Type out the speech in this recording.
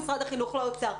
משרד החינוך לאוצר.